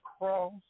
cross